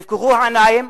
תפקחו את העיניים,